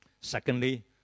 Secondly